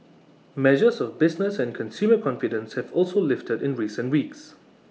measures of business and consumer confidence have also lifted in recent weeks